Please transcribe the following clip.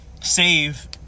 save